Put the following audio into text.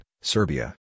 Serbia